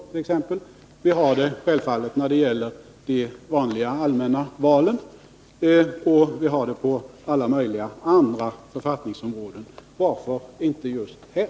Vi har självfallet sådana regler när det gäller de vanliga, allmänna valen och på alla möjliga andra författningsområden. Varför skulle vi då inte ha det just här?